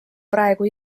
praegu